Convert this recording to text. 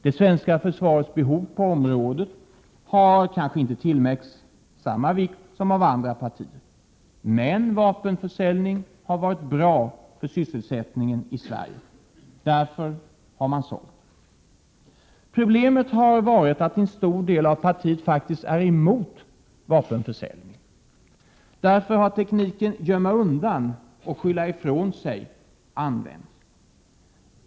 Det svenska försvarets behov på området har kanske inte tillmätts samma vikt av socialdemokraterna som av andra partier. Men vapenförsäljning har varit bra för sysselsättningen i Sverige. Därför har man sålt. Problemet har varit att en stor del av partiet faktiskt är emot vapenförsälj ning. Därför har tekniken ”gömma undan och skylla ifrån sig” använts.